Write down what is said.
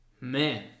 Man